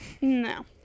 No